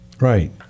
Right